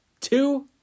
two